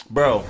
Bro